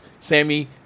Sammy